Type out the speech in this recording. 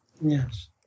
Yes